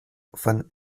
von